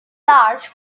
large